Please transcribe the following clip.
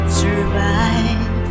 survive